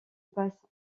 passe